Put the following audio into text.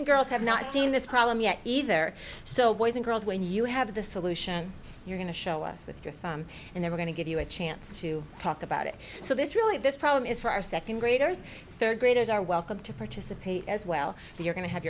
and girls have not seen this problem yet either so boys and girls when you have the solution you're going to show us with your thumb and they're going to give you a chance to talk about it so this really this problem is for our second graders third graders are welcome to participate as well so you're going to have